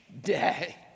day